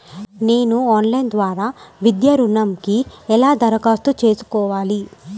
నేను ఆన్లైన్ ద్వారా విద్యా ఋణంకి ఎలా దరఖాస్తు చేసుకోవాలి?